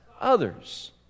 others